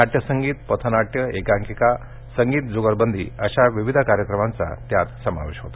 नाट्यसंगीत पथनाट्य एकांकिका संगीत ज्गलबंदी अशा विविध कार्यक्रमांचा त्यात समावेश होता